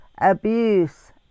abuse